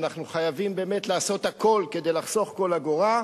כשאנחנו חייבים באמת לעשות הכול כדי לחסוך כל אגורה.